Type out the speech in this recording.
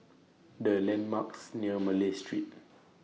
What Are The landmarks near Malay Street